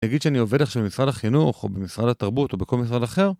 נגיד שאני עובד עכשיו במשרד החינוך, או במשרד התרבות או בכל משרד אחר